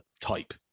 type